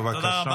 בבקשה.